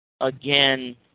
again